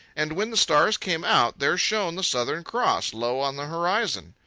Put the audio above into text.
and when the stars came out, there shone the southern cross low on the horizon.